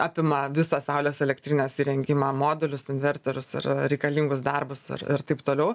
apima visą saulės elektrinės įrengimą modulius inverterius ir reikalingus darbus ir ir taip toliau